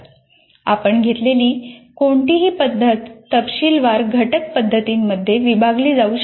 आपण घेतलेली कोणतीही पद्धत तपशीलवार घटक पद्धतींमध्ये विभागली जाऊ शकते